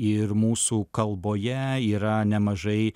ir mūsų kalboje yra nemažai